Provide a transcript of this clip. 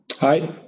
Hi